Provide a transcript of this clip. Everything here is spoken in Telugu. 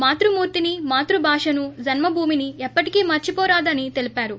మాతృమూర్తిని మాతృభాషను జన్మభూమిని ఎప్పటికీ మర్చివోరాదు అని తెలిపారు